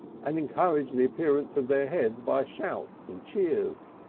and encouraged the appearance of their heads by shouts and cheers.